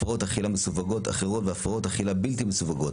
הפרעות אכילה מסווגות אחרות והפרעות אכילה בלתי מסווגות.